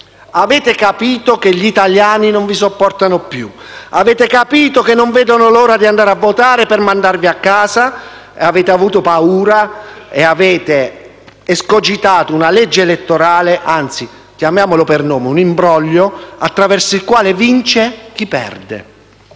Avete capito che gli italiani non vi sopportano più. Avete capito che non vedono l'ora di andare a votare per mandarvi a casa, avete avuto paura e avete escogitato una legge elettorale, anzi, chiamiamolo col suo nome, un imbroglio, attraverso il quale vince chi perde.